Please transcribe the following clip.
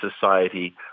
society